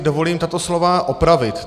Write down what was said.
Dovolím si tato slova opravit.